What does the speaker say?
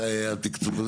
מתי היה התקצוב הזה?